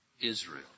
Israel